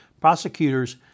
prosecutors